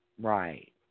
Right